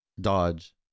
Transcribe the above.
Dodge